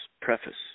preface